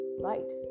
light